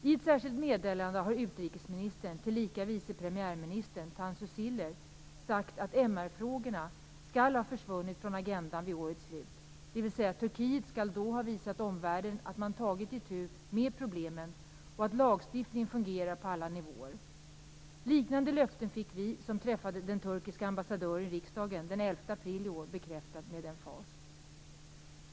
I ett särskilt meddelande har utrikesministern, tillika vice premiärministern, Tansu Çiller sagt att MR-frågorna skall ha försvunnit från agendan vid årets slut, dvs. Turkiet skall då ha visat omvärlden att man tagit itu med problemen och att lagstiftningen fungerar på alla nivåer. Liknande löften fick vi som träffade den turkiska ambassadören i riksdagen den 11 april i år bekräftade med emfas.